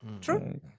True